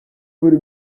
bakore